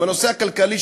עם הנושא הכלכלי,